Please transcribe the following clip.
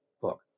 book